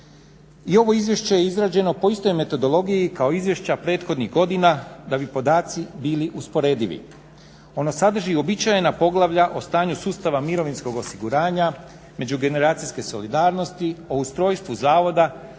I ovo izvješće je izrađeno po istoj metodologiji kao izvješća prethodnih godina da bi podaci bili usporedivi. Ono sadrži uobičajena poglavlja o stanju sustava mirovinskog osiguranja, međugeneracijske solidarnosti, o ustrojstvu zavoda